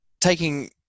taking